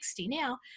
now